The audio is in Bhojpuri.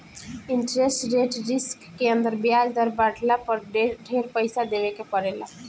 इंटरेस्ट रेट रिस्क के अंदर ब्याज दर बाढ़ला पर ढेर पइसा देवे के पड़ेला